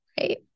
right